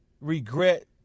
regret